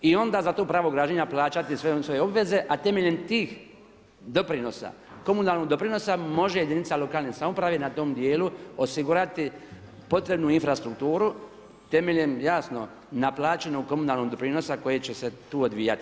I onda za to pravo građenja plaćati sve svoje obveze, a temeljem tih doprinosa, komunalnih doprinosa, može jedinica lokalne samouprave, na tom dijelu osigurati potrebnu infrastrukturu, temeljem jasno, naplaćenog komunalnog doprinosa koji će se tu odvijati.